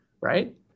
right